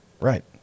right